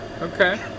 Okay